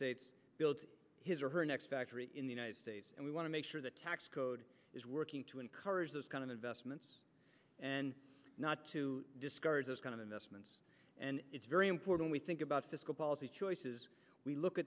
states built his or her next factory in the united states and we want to make sure the tax code is working to encourage those kind of investments and not to discourage those kind of investments and it's very important we think about fiscal policy choices we look